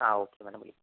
ആ okay madam ശരി